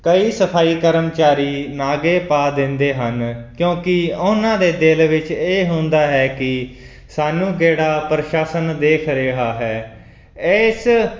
ਕਈ ਸਫਾਈ ਕਰਮਚਾਰੀ ਨਾਗੇ ਪਾ ਦਿੰਦੇ ਹਨ ਕਿਉਂਕਿ ਉਹਨਾਂ ਦੇ ਦਿਲ ਵਿੱਚ ਇਹ ਹੁੰਦਾ ਹੈ ਕਿ ਸਾਨੂੰ ਕਿਹੜਾ ਪ੍ਰਸ਼ਾਸਨ ਦੇਖ ਰਿਹਾ ਹੈ ਇਸ